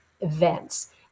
events